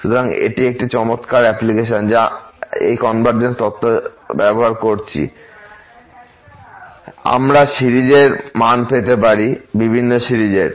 সুতরাং এটি একটি চমৎকার অ্যাপ্লিকেশন যা আমরা এই কনভারজেন্স তত্ত্ব ব্যবহার করছি আমরা সিরিজের মান পেতে পারি বিভিন্ন সিরিজের